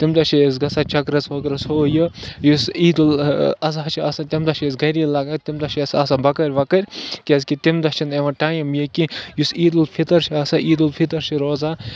تَمہِ دۄہ چھِ أسۍ گژھان چَکرَس وَکرَس ہُہ یہِ یُس عیٖد الضحیٰ چھِ آسان تَمہِ دۄہ چھِ أسۍ گَری لَگان تَمہِ دۄہ چھِ اَسہِ آسان بٔکٕرۍ ؤکٕرۍ کیٛازکہِ تَمہِ دۄہ چھِنہٕ یِوان ٹایِم یہِ کیٚنٛہہ یُس عیٖد الفطر چھِ آسان عیٖد الفطر چھِ روزان